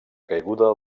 caiguda